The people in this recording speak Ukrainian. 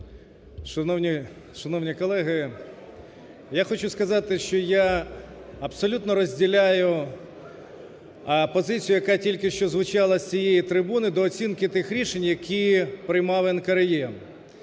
Шановні колеги! Я хочу сказати, що я абсолютно розділяю позицію, яка тільки що звучала з цієї трибуни, до оцінки тих рішень, які приймав НКРЕ,